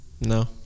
No